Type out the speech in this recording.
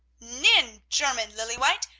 nein! german, lilly white!